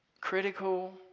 critical